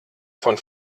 von